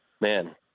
Man